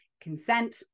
consent